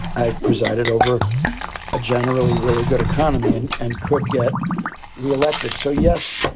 i've presided over a generally really good economy and and could get reelected. so, yes,